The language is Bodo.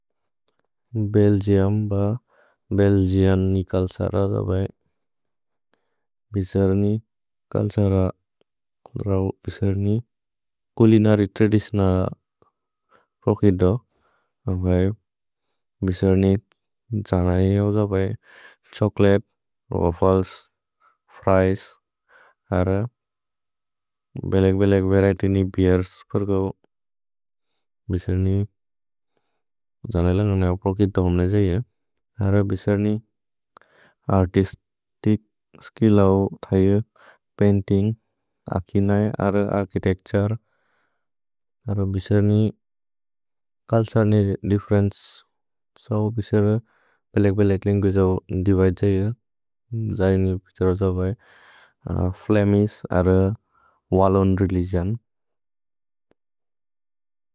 भेल्जेउम् ब बेल्जेअन् नि कल्सर। भिसेर्नि कल्सर रौ बिसेर्नि कुलिनरि त्रदिसिओनल। प्रोकिदो बिसेर्नि त्सन एऔ बिसेर्नि छोचोलते, वफ्फ्लेस्, फ्रिएस्, अर बेलेग्-बेलेग् वरिएत्य् नि बीर्स्। भिसेर्नि त्सन एऔ प्रोकिदो हुम्ने जये, अर बिसेर्नि अर्तिस्तिच् स्किल्लौ थये, पैन्तिन्ग्। अकिनये, अर अर्छितेच्तुरे, अर बिसेर्नि कल्सर् नि दिफ्फेरेन्चे। सो बिसेर्नि बेलेग्-बेलेग् लन्गुअगे जओ दिवये जये, जये नु पितरो जओ द्वये। फ्लेमिश् अर वल्लून् रेलिगिओन्।